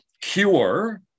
cure